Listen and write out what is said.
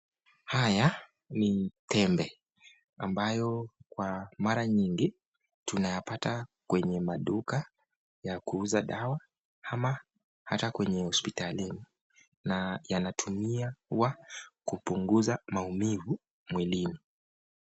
Haya ni tembe ambayo kwa mara nyingi tunayapata kwenye maduka ya kuuza dawa ama ata kwenye hospitalini na yanatumiwa kupuguza maumivu mwilini.